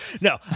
no